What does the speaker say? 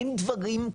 אין דברים כאלה.